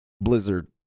Blizzard